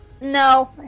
No